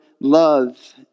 love